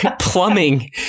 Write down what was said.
plumbing